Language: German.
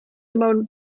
immer